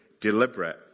deliberate